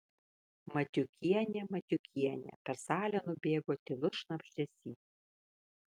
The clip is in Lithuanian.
matiukienė matiukienė per salę nubėgo tylus šnabždesys